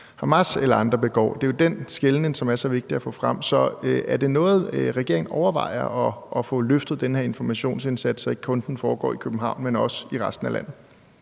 Hamas eller andre begår. Det er jo den skelnen, som er så vigtig at få frem. Er det noget, regeringen overvejer, altså at få løftet den her informationsindsats, så den ikke kun foregår i København, men også i resten af landet?